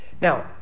Now